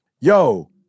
yo